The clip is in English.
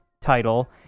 title